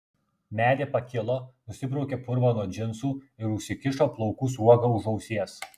medė pakilo nusibraukė purvą nuo džinsų ir užsikišo plaukų sruogą už ausies